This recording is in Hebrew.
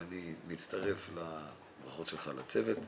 ואני מצטרף לברכות שלך לצוות,